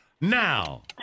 now